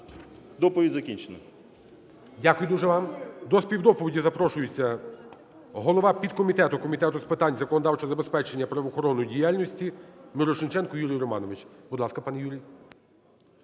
Доповідь закінчено. ГОЛОВУЮЧИЙ. Дякую дуже вам. До співдоповіді запрошується голова підкомітету Комітету з питань законодавчого забезпечення правоохоронної діяльності Мірошниченко Юрій Романович. Будь ласка, пане Юрій.